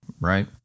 right